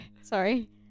sorry